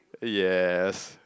yes